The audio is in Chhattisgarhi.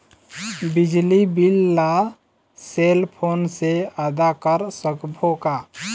बिजली बिल ला सेल फोन से आदा कर सकबो का?